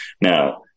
Now